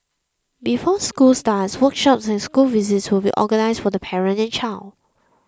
before school starts workshops and school visits will be organised for the parent and child